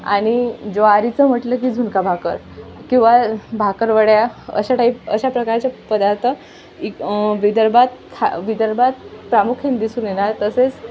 आणि ज्वारीचं म्हटलं की झुणका भाकर किंवा बाकरवड्या अशा टाईप अशा प्रकारच्या पदार्थ इ विदर्भात खा विदर्भात प्रामुख्यानं दिसून येणार तसेच